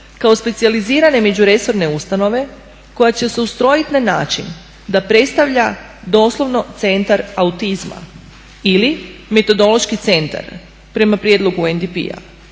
kao specijalizirane međuresorne ustanove koja će se ustrojiti na način da predstavlja doslovno Centar autizma ili metodološki centar prema prijedlogu UNDP-a,